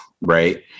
Right